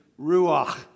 ruach